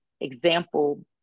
example